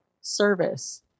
service